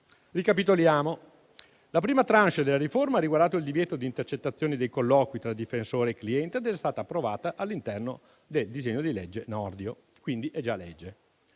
Ricapitoliamo. La prima *tranche* della riforma ha riguardato il divieto di intercettazione dei colloqui tra difensore e cliente ed è stata approvata all'interno del disegno di legge Nordio, quindi è già legge.